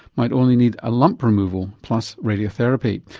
might only need a lump removal plus radiotherapy,